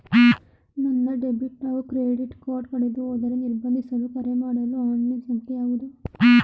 ನನ್ನ ಡೆಬಿಟ್ ಹಾಗೂ credit card ಕಳೆದುಹೋದರೆ ನಿರ್ಬಂಧಿಸಲು ಕರೆಮಾಡುವ ಆನ್ಲೈನ್ ಸಂಖ್ಯೆಯಾವುದು?